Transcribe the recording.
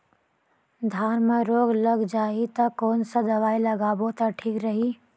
धान म रोग लग जाही ता कोन सा दवाई लगाबो ता ठीक रही?